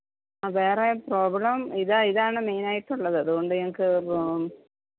വേറെ പ്രോബ്ലം ഇതാ ഇതാണ് മെയിനായിട്ടുള്ളത് അതുകൊണ്ട് ഞങ്ങൾക്ക്